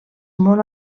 molt